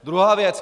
Druhá věc.